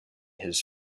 his